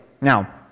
Now